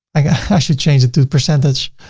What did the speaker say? i guess i should change it to percentage.